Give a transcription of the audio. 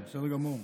בסדר גמור.